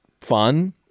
fun